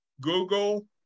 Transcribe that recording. Google